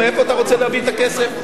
מאיפה אתה רוצה להביא את הכסף?